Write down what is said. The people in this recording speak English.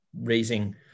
raising